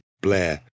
blair